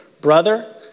brother